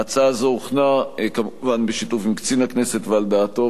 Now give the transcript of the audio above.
ההצעה הזאת הוכנה כמובן בשיתוף עם קצין הכנסת ועל דעתו,